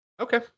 Okay